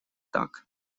так